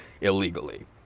illegally